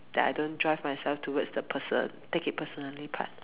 that I don't drive myself towards the person take it personally part